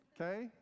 okay